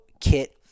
kit